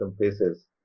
faces